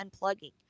unplugging